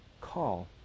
Call